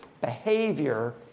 behavior